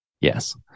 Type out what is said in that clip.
Yes